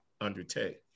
undertake